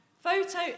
photo